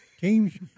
teams